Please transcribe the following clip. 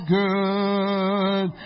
good